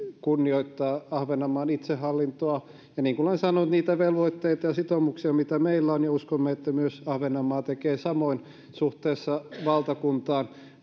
kunnioittavat ahvenanmaan itsehallintoa ja niin kuin olen sanonut niitä velvoitteita ja sitoumuksia mitä meillä on uskomme että myös ahvenanmaa tekee samoin suhteessa valtakuntaan